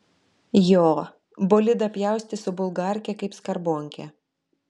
jo bolidą pjaustė su bulgarke kaip skarbonkę